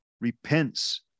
repents